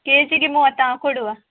ಕೇ ಜಿಗೆ ಮೂವತ್ತ ಹಾಂ ಕೊಡುವ